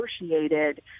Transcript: negotiated